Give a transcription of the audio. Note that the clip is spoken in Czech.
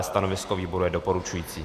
Stanovisko výboru je doporučující.